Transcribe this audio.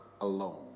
alone